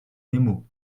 nemo